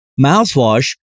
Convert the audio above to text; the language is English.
mouthwash